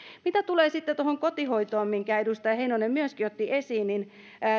mitä tulee sitten tuohon kotihoitoon minkä edustaja heinonen myöskin otti esiin niin